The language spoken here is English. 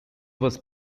was